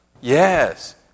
Yes